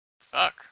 Fuck